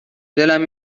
دلم